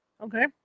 Okay